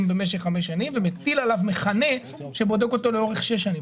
במשך חמש שנים ומטיל עליו מכנה שבודק אותו לאורך שש שנים.